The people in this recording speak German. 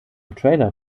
trailer